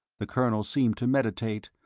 the colonel seemed to meditate,